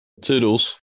Toodles